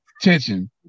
tension